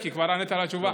כי כבר ענית את התשובה.